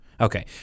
Okay